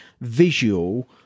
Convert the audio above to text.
visual